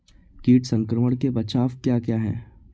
कीट संक्रमण के बचाव क्या क्या हैं?